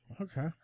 okay